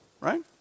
right